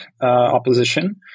opposition